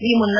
ಈ ಮುನ್ನ